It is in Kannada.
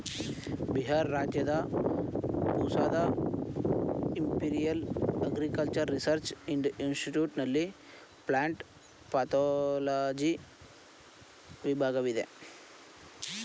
ಬಿಹಾರ್ ರಾಜ್ಯದ ಪೂಸಾದ ಇಂಪಿರಿಯಲ್ ಅಗ್ರಿಕಲ್ಚರಲ್ ರಿಸರ್ಚ್ ಇನ್ಸ್ಟಿಟ್ಯೂಟ್ ನಲ್ಲಿ ಪ್ಲಂಟ್ ಪತೋಲಜಿ ವಿಭಾಗವಿದೆ